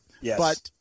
Yes